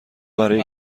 برای